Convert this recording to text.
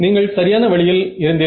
நீங்கள் சரியான வழியில் இருந்தீர்கள்